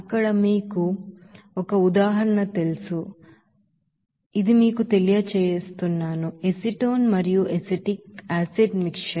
అక్కడ మీకు ఇక్కడ ఒక ఉదాహరణగా తెలుసు ఇది మీకు తెలియజేయండి అసిటోన్ మరియు అసిటిక్ ఆసిడ్ మిక్స్టూర్